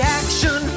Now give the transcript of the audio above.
action